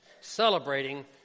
celebrating